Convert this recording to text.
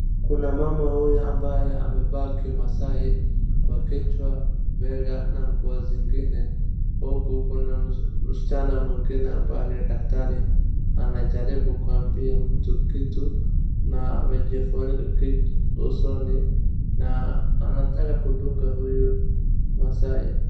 Kuna mama huyu ambaye amevaa kimasai kwa kichwa. Mbele hana nguo zingine. Huku kuna msichana mwingine ambaye ni daktari. Anajaribu kuambia mtu kitu na amejifunika usoni na anataka kudunga huyu masai.